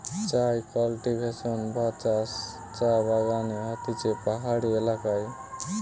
চায় কাল্টিভেশন বা চাষ চা বাগানে হতিছে পাহাড়ি এলাকায়